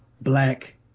black